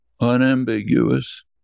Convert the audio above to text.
Unambiguous